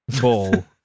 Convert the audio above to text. ball